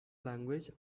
language